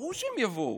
ברור שהם יבואו.